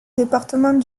département